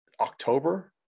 October